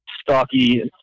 stocky